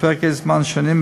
לפרקי זמן שונים,